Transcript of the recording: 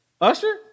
Usher